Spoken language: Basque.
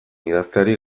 idazteari